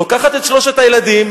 לוקחת את שלושת הילדים,